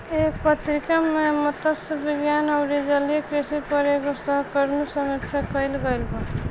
एह पत्रिका में मतस्य विज्ञान अउरी जलीय कृषि पर एगो सहकर्मी समीक्षा कईल गईल बा